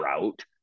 route